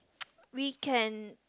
we can